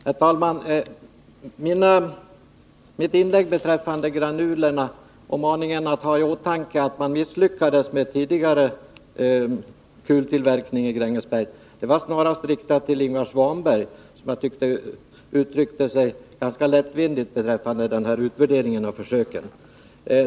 Herr talman! Mitt inlägg beträffande granulerna och min maning att vi skall ha i åtanke att tidigare kultillverkning i Grängesberg misslyckades var snarast riktade till Ingvar Svanberg, som enligt min mening uttryckte sig ganska lättvindigt om utvärderingen av den här försöksverksamheten.